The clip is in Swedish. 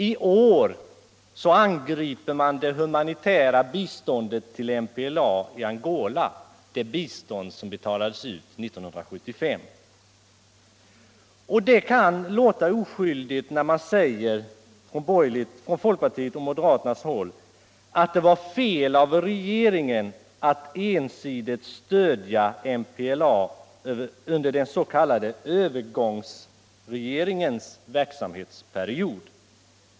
I år angriper man det humanitära bistånd till MPLA i Angola som betalades ut 1975. Det kan låta oskyldigt när man från moderata samlingspartiets och folkpartiets sida säger att det var fel av regeringen att ensidigt stödja MPLA under den s.k. övergångsregeringens verksamhetsperiod.